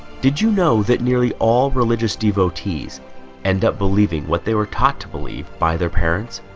did you know that nearly all religious devotees end up believing what they were taught to believe by their parents